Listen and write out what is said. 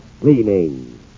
cleaning